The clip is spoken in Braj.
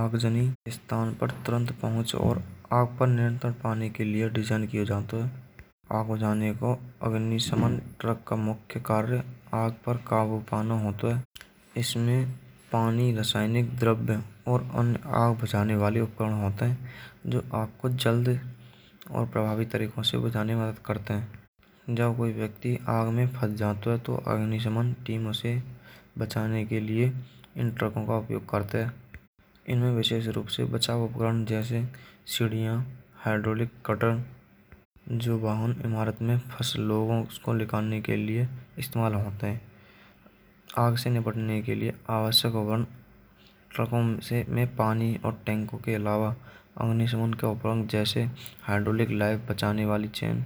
अवजानी स्थान पर तुरंत पहुँच और आग पर नियंत्रण पाने के लिए डिज़ाइन किया जाता है। आगजनी को असगिनसमन ट्रक को मुख्य कार्य आग पर काबू पाना होता है। इसमें पानी रासायनिक द्रव्य और अन्य आग बुझाने वाले उपकरण होते हैं जो आग को जल्द और प्रभावी तरीकों से बुझाने में मदद करते हैं। जब कोई व्यक्ति आग में फंस जाता है तो अग्निसमन टीम उसे बचाने के लिए इन ट्रकों का उपयोग करती है। इनमें विशेष रूप से बचाव उपकरण जैसे सीढ़ियाँ, हाइड्रोलिक कटर जो वाहन इमारत में फंसे लोगों को निकालने के लिए इस्तेमाल होते हैं। आग से निपटने के लिए आवश्यक उपकरण ट्रकों से में पानी और टैंकों के अलावा अग्नि समान का उपकरण जैसे हाइड्रोलिक लैब बचाने वाली चेन।